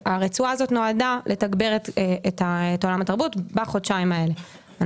הרצועה הזאת נועדה לתגבר את עולם התרבות בחודשיים האלה.